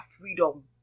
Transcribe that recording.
freedom